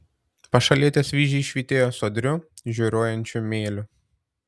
pašalietės vyzdžiai švytėjo sodriu žioruojančiu mėliu